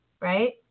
right